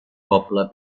poble